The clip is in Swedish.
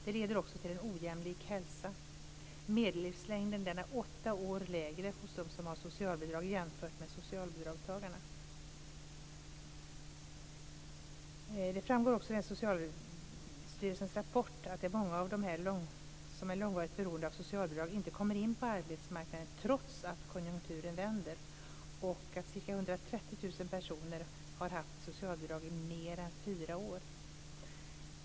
Det leder också till en ojämlik hälsa. Medellivslängden är åtta år mindre hos dem som har socialbidrag. Det framgår också av Socialstyrelsens rapport att många av dem som är långvarigt beroende av socialbidrag inte kommer in på arbetsmarknaden trots att konjunkturen vänder och att ca 130 000 personer har haft socialbidrag i mer än fyra år.